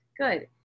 Good